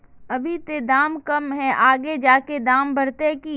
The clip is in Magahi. अभी ते दाम कम है आगे जाके दाम बढ़ते की?